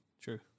True